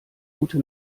gute